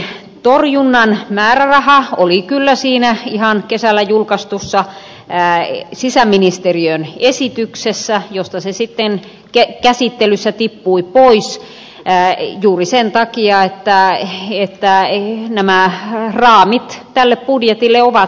terrorismin torjunnan määräraha oli kyllä siinä ihan kesällä julkaistussa sisäministeriön esityksessä josta se sitten käsittelyssä tippui pois juuri sen takia että nämä raamit tälle budjetille ovat niin tiukat